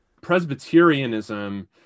Presbyterianism